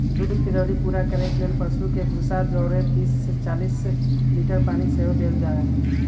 दूध के जरूरी पूरा करे लेल पशु के भूसा जौरे तीस से चालीस लीटर पानी सेहो देल जाय